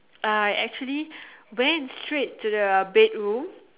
I actually went straight to the bedroom